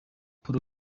paul